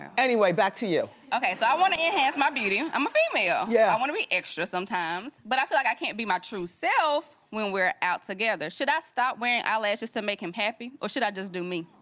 anyway back to you. okay, so i want to enhance my beauty. i'm a female, yeah i want to be extra sometimes. but i feel like i can't be my true self when we are out together. should i stop wearing eye lashes to make him happy? or should i just do me?